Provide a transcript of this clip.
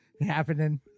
happening